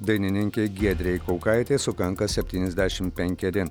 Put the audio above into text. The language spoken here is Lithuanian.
dainininkei giedrei kaukaitei sukanka septyniasdešimt penkeri